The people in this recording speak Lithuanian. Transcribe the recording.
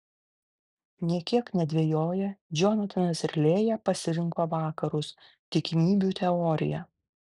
nė kiek nedvejoję džonatanas ir lėja pasirinko vakarus tikimybių teoriją